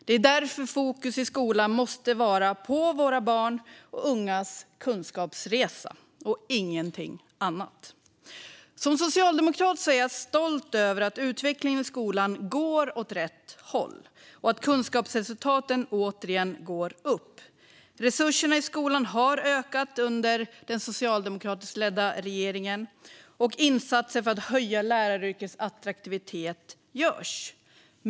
Det är därför fokus i skolan måste vara på våra barns och ungas kunskapsresa och ingenting annat. Som socialdemokrat är jag stolt över att utvecklingen i skolan går åt rätt håll och att kunskapsresultaten återigen går upp. Resurserna i skolan har ökat under den socialdemokratiskt ledda regeringen, och insatser för att höja läraryrkets attraktivitet görs.